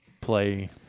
play